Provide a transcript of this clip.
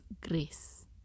grace